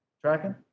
Tracking